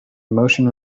emotion